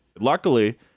Luckily